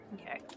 Okay